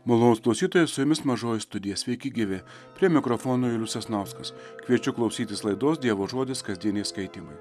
malonūs klausytojai su jumis mažoji studija sveiki gyvi prie mikrofono julius sasnauskas kviečiu klausytis laidos dievo žodis kasdieniai skaitymai